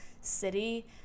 city